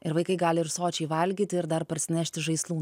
ir vaikai gali ir sočiai valgyti ir dar parsinešti žaislų